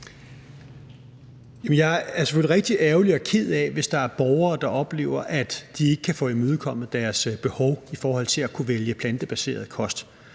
Jeg er selvfølgelig rigtig ærgerlig over og ked af, hvis der er borgere, der oplever, at de ikke kan få imødekommet deres behov i forhold til at kunne vælge plantebaseret kost.